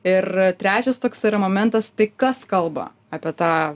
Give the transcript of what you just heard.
ir trečias toks yra momentas tai kas kalba apie tą